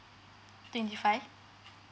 twenty five